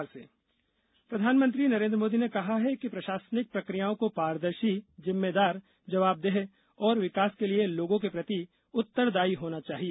PM सतर्कता प्रधानमंत्री नरेन्द्र मोदी ने कहा है कि प्रशासनिक प्रक्रियाओं को पारदर्शी जिम्मेदार जवाबदेह और विकास के लिए लोगों के प्रति उत्तरदायी होना चाहिए